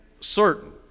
certain